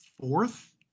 fourth